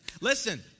Listen